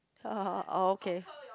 okay